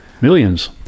Millions